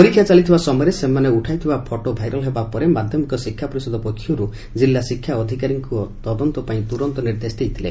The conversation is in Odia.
ପରୀକ୍ଷା ଚାଲିଥିବା ସମୟରେ ସେମାନେ ଉଠାଇଥିବା ଫଟୋ ଭାଇରାଲ୍ ହେବା ପରେ ମାଧ୍ଧମିକ ଶିକ୍ଷା ପରିଷଦ ପକ୍ଷରୁ କିଲ୍ଲା ଶିକ୍ଷା ଅଧିକାରୀଙ୍କୁ ତଦନ୍ତପାଇଁ ତୁରନ୍ତ ନିର୍ଦ୍ଦେଶ ଦିଆଯାଇଥିଲା